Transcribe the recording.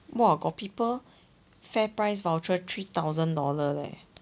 !wah! got people Fairprice voucher three thousand dollar leh